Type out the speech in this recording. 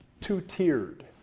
two-tiered